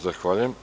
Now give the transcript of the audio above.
Zahvaljujem.